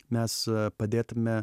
mes padėtume